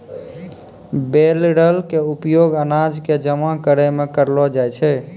baler के उपयोग अनाज कॅ जमा करै मॅ करलो जाय छै